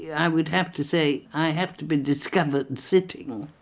yeah i would have to say i have to be discovered sitting